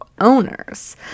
owners